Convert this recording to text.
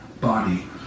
body